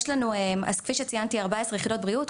יש לנו כפי שציינתי כ-14 יחידות בריאות,